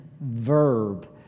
verb